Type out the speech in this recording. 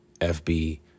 FB